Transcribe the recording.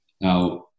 now